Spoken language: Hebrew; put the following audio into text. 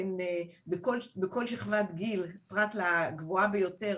הן בכל שכבת גיל בפרט לגבוהה ביותר,